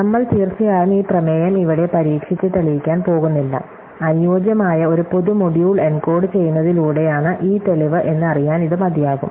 നമ്മൾ തീർച്ചയായും ഈ പ്രമേയം ഇവിടെ പരീക്ഷിച്ച് തെളിയിക്കാൻ പോകുന്നില്ല അനുയോജ്യമായ ഒരു പൊതു മൊഡ്യൂൾ എൻകോഡു ചെയ്യുന്നതിലൂടെയാണ് ഈ തെളിവ് എന്ന് അറിയാൻ ഇത് മതിയാകും